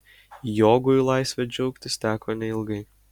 jogui laisve džiaugtis teko neilgai